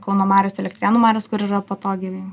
kauno mariose elektrėnų mariose kur yra patogiai